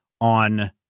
on